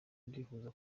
ndifuza